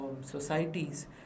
societies